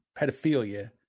pedophilia